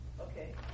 okay